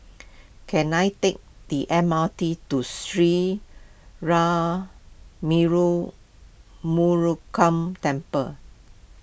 can I take the M R T to Sri Murugan Temple